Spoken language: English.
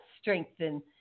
strengthen